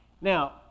Now